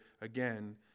again